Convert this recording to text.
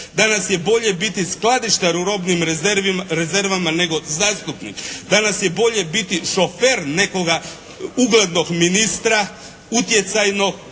Danas je bolje biti skladištar u robnim rezervama nego zastupnik. Danas je bolje biti šofer nekoga uglednog ministra, utjecajnog